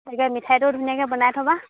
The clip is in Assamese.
তাকে মিঠাইটো ধুনীয়াকৈ বনাই থবা